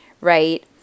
right